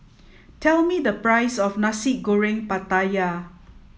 tell me the price of Nasi Goreng Pattaya